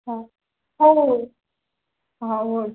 ହଁ ହଉ ହଉ ହଉ ହଉ ଆଉ